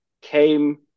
came